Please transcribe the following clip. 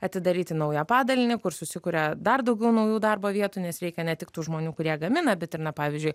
atidaryti naują padalinį kur susikuria dar daugiau naujų darbo vietų nes reikia ne tik tų žmonių kurie gamina bet ir na pavyzdžiui